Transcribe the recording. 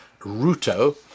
Ruto